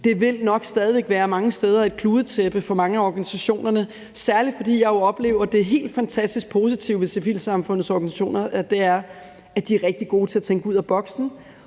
steder stadig væk være et kludetæppe for mange af organisationerne. Det siger jeg særlig, fordi jeg oplever, at det helt fantastisk positive ved civilsamfundets organisationer er, at de er rigtig gode til at tænke ud af boksen